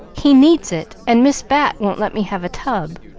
he needs it, and miss bat won't let me have a tub.